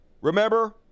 Remember